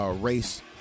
race